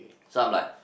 so I'm like